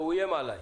הוא איים עליי,